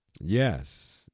Yes